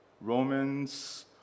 Romans